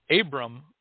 Abram